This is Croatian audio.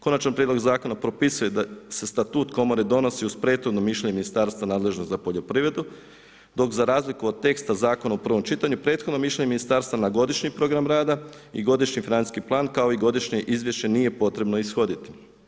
Konačan prijedlog zakona propisuje da se statut komore donosi uz prethodno mišljenje Ministarstva nadležnog za poljoprivredu dok za razliku od teksta zakona u prvom čitanju prethodno mišljenje Ministarstva na godišnji program rada i godišnji financijski plan kao i godišnje izvješće nije potrebno ishoditi.